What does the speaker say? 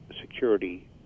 security